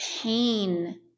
pain